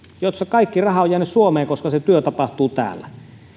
joissa kaikki raha on jäänyt suomeen koska se työ on tapahtunut täällä